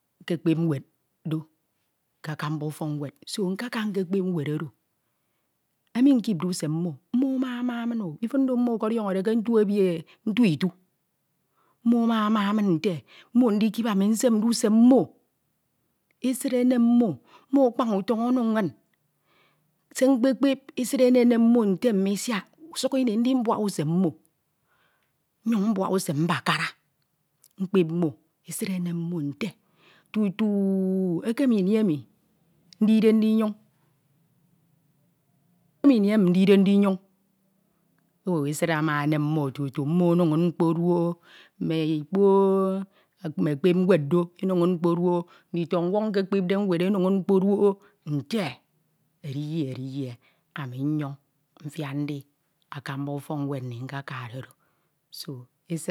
. nkekpep nwed oro emi mkipde usen mmo. mmo ama ama min ifin do mmo ekediọñode ete ke ntu ebie, ntu itu mmo ama ama min nte, mmo esid enem mmo nte mi siak usuk ini idibuak usem mmo nyuñ mbuak usem mbakara mkpep mmo, esid enem mmo nte tutu ekem imiemi ndide ndinyọñ, ini emi ndide nkang o esid ama enem mmo mmo eno inn mkpo duoho, mme ikpo mme ekpep nwed do eno inn nikpoduwho, nditu nkekpep nwed ano inn mkpo duoho lite ediyie ediyie nnyoñ mifiak ndi akamba ufọk nwed nkekade do. ke oro ami nte owu ndimeneme nnyin nsie ikpa enyoñ nte ah etu edi emi ọkọm Abasi ami ndin e meme ubọk ke enyoñ nte o Abasi oro eninde min uwem esiere mfin ma ndito mmi nnyin isiere ke ifin ma ke emem ka sie etu edi emi enek nnek ọkọm Abasi, ami nte owu edide ami ke Abasi ekebid nkam mme mkpo emi, esid enem min nte usuk usen mekeme nidiwọro ndi. ke nnyiñ usuñ inh emi nwọrọde ndi ndike mkpo itu ekunde ekwe mmodo ekwe mmodo abuba ana ke ekwe oro ami menere nnyin nsie.